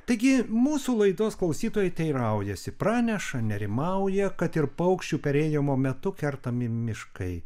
taigi mūsų laidos klausytojai teiraujasi praneša nerimauja kad ir paukščių perėjimo metu kertami miškai